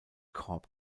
korb